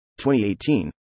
2018